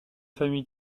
famille